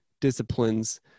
disciplines